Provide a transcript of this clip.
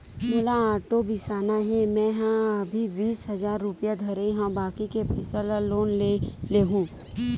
मोला आटो बिसाना हे, मेंहा अभी बीस हजार रूपिया धरे हव बाकी के पइसा ल लोन ले लेहूँ